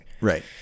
Right